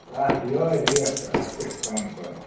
اَتھ چھِ یِہَے ریٹ تہٕ اَتھ کیٛاہ کَم کَرو